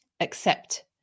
accept